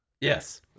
Yes